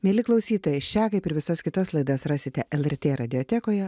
mieli klausytojai šią kaip ir visas kitas laidas rasite lrt radiotekoje